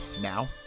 Now